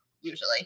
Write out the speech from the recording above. Usually